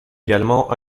également